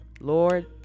lord